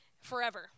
forever